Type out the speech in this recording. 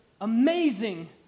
amazing